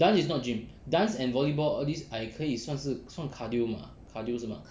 dance is not gym dance and volleyball all these I 可以算是算 cardio mah cardio 是吗